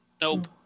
Nope